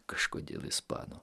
kažkodėl ispanų